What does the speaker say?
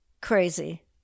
crazy